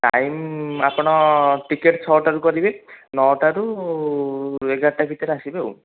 time ଆପଣ ticket ଛଅଟାରୁ କରିବେ ନଅଟାରୁ ଏଗାରଟା ଭିତରେ ଆସିବେ ଆଉ